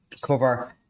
cover